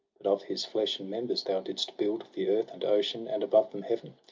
but of his flesh and members thou didst build the earth and ocean, and above them heaven.